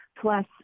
plus